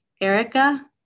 Erica